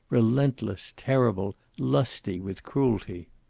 relentless, terrible, lusty with cruelty.